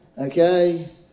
Okay